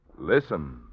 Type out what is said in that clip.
Listen